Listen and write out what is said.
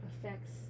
affects